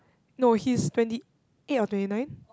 no he's twenty eight or twenty nine